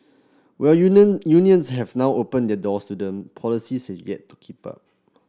while unions have now opened their doors to them policies yet to keep up